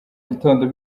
gitondo